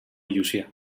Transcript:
llucià